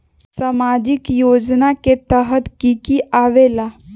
समाजिक योजना के तहद कि की आवे ला?